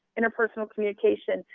interpersonal communication.